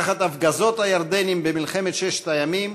תחת הפגזות הירדנים במלחמת ששת הימים,